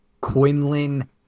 Quinlan